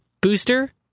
booster